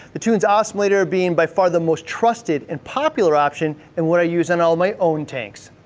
the tunze osmolator being by far the most trusted and popular option and what i use in all my own tanks.